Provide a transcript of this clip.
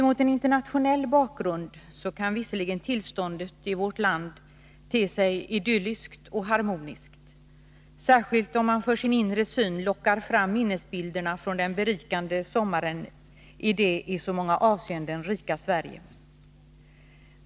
Mot en internationell bakgrund kan visserligen tillståndet i vårt land te sig idylliskt och harmoniskt, särskilt om man för sin inre syn lockar fram minnesbilderna från den berikande sommaren i det i så många avseenden rika Sverige.